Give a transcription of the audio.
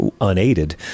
unaided